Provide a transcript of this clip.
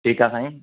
ठीकु आहे साईं